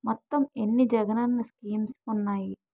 మొత్తం ఎన్ని జగనన్న స్కీమ్స్ ఉన్నాయి?